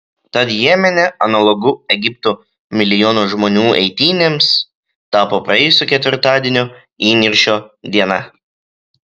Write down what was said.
tad jemene analogu egipto milijono žmonių eitynėms tapo praėjusio ketvirtadienio įniršio diena